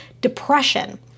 depression